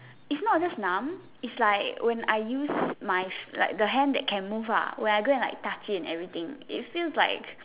it's not just numb it's like when I use my the hand that can move ah when I go like touch it and everything it feels like